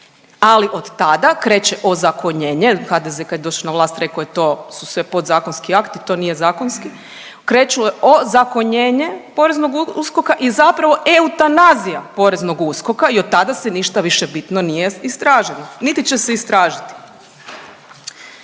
ali od tada kreće ozakonjenje, HDZ kad je došao na vlast rekao je to su sve podzakonski akti to nije zakonski, kreću ozakonjenje poreznog USKOK-a i zapravo eutanazija poreznog USKOK-a i od tada se ništa više bitno nije istražilo niti će se istražiti.